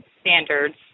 standards